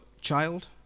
child